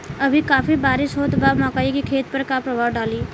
अभी काफी बरिस होत बा मकई के खेत पर का प्रभाव डालि?